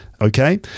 Okay